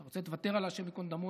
אם אתה רוצה תוותר על "השם ייקום דמו",